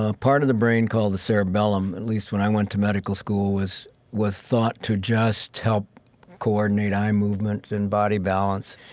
ah part of the brain called the cerebellum, at least when i went to medical school, was was thought to just help coordinate eye movements and body balance.